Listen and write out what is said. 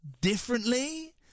differently